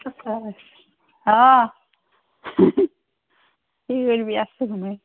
অঁ কি কৰ্বি আছোঁ ঘুমাই